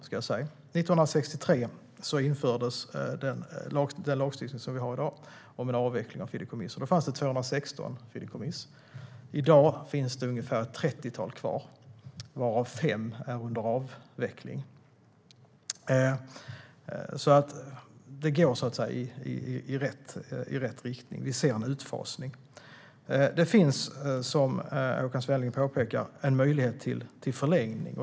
År 1963 infördes den lagstiftning som vi har i dag om avveckling av fideikommissen. Då fanns det 216 fideikommiss. I dag finns det ett trettiotal kvar, varav fem är under avveckling. Det går så att säga i rätt riktning. Vi ser en utfasning. Det finns, som Håkan Svenneling påpekar, en möjlighet till förlängning.